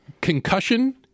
concussion